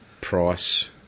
price